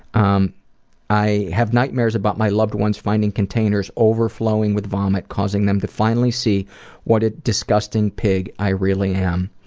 um i have nightmares about my loved ones finding containers overflowing with vomit, causing them to finally see what a disgusting pig i really am.